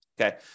okay